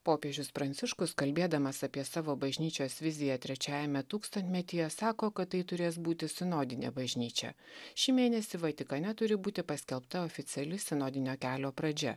popiežius pranciškus kalbėdamas apie savo bažnyčios viziją trečiajame tūkstantmetyje sako kad tai turės būti sinodinė bažnyčia šį mėnesį vatikane turi būti paskelbta oficiali sinodinio kelio pradžia